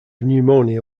pneumonia